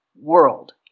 world